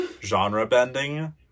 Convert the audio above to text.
genre-bending